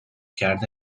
کرده